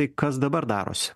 tai kas dabar darosi